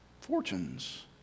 fortunes